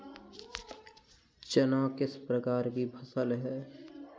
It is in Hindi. चना किस प्रकार की फसल है?